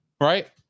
right